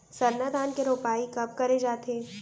सरना धान के रोपाई कब करे जाथे?